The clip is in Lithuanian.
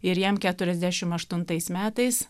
ir jam keturiasdešimt aštuntais metais